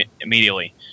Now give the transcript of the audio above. immediately